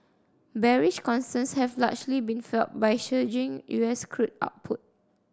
bearish concerns have largely been fuelled by surging U S crude output